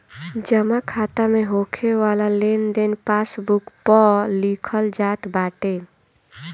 जमा खाता में होके वाला लेनदेन पासबुक पअ लिखल जात बाटे